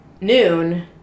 noon